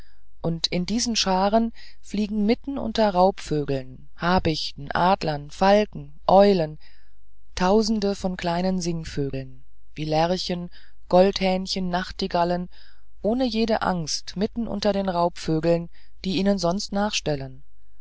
und in diesen scharen fliegen mitten unter raubvögeln habichten adlern falken eulen tausende von kleinen singvögeln wie lerchen goldhähnchen nachtigallen ohne jede angst mitten unter raubvögeln die ihnen sonst nachstellen